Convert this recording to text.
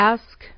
Ask